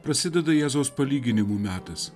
prasideda jėzaus palyginimų metas